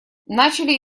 начали